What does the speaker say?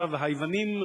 והיוונים,